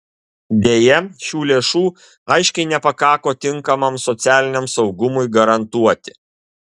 deja šių lėšų aiškiai nepakako tinkamam socialiniam saugumui garantuoti